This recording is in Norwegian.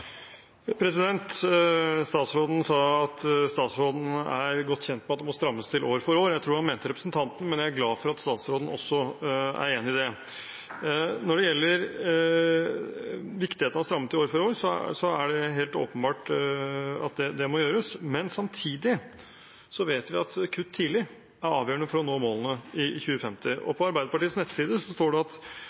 Statsråden sa at statsråden er godt kjent med at det må strammes til år for år. Jeg tror han mente «representanten», men jeg er glad for at statsråden også er enig i det. Når det gjelder viktigheten av å stramme til år for år, er det helt åpenbart at det må gjøres, men samtidig vet vi at kutt tidlig er avgjørende for å nå målene i 2050. På Arbeiderpartiets nettside står det: